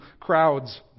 crowds